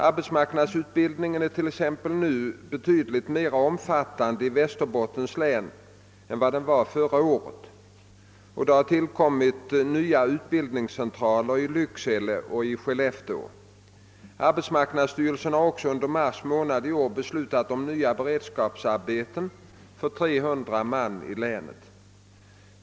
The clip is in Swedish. Arbetsmarknadsutbildningen är t.ex. nu betydligt mer omfattande i Västerbottens län än vad den var förra året och det har tillkommit nya utbildningscentraler i Lycksele och Skellefteå. Arbetsmarknadsstyrelsen har också under mars månad i år beslutat om nya beredskapsarbeten för 300 man i länet.